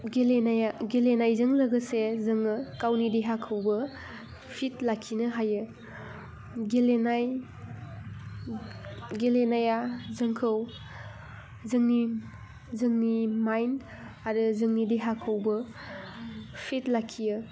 गेलेनायजों लोगोसे जोङो गावनि देहाखौबो फिट लाखिनो हायो गेलेनाया जोंखौ जोंनि माइण्ड आरो जोंनि देहाखौबो फिट लाखियो